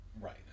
right